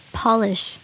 polish